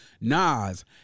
Nas